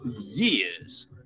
years